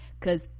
cause